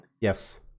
Yes